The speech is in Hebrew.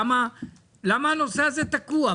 למה הנושא הזה תקוע?